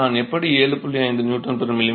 எனவே நான் எப்படி 7